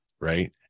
right